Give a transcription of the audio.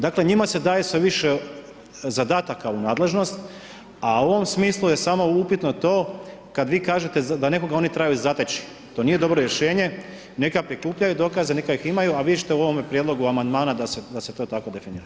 Dakle njima se daje sve više zadataka u nadležnost, a u ovom smislu je samo upitno to kad vi kažete da nekoga oni trebaju zateći, to nije dobro rješenje, neka prikupljaju dokaze, neka ih imaju a vidjet ćete u ovom prijedlogu amandmana da se to to tako definira.